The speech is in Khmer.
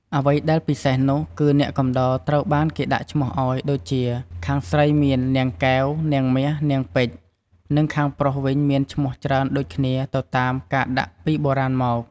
អ្វីដែលពិសេសនោះ គឺអ្នកកំដរត្រូវបានគេដាក់ឈ្មោះឱ្យដូចជាខាងស្រីមាន នាងកែវ នាងមាស នាងពេជ្យ និងខាងប្រុសវិញមានឈ្មោះច្រើនដូចគ្នាទៅតាមការដាក់ពីបុរាណមក។